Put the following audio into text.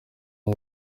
ubu